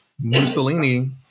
mussolini